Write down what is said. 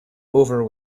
over